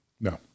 No